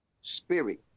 spirit